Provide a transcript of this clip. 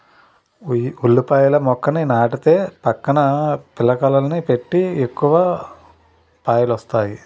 ఉల్లిపాయల మొక్కని నాటితే పక్కన పిలకలని పెట్టి ఎక్కువ పాయలొస్తాయి